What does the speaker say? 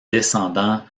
descendant